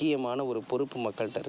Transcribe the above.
முக்கியமான ஒரு பொறுப்பு மக்கள்கிட்டருக்குது